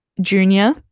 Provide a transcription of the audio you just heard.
Junior